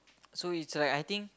so it's like I think